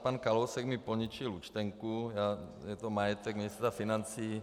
Pan Kalousek mi poničil účtenku, je to majetek ministra financí.